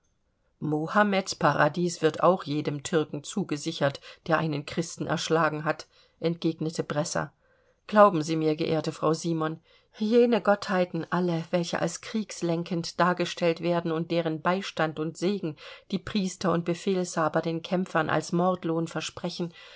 mohammeds paradies wird auch jedem türken zugesichert der einen christen erschlagen hat entgegnete bresser glauben sie mir geehrte frau simon jene gottheiten alle welche als kriegslenkend dargestellt werden und deren beistand und segen die priester und befehlshaber den kämpfern als mordlohn versprechen